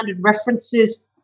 references